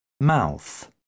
mouth